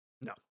No